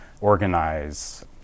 organize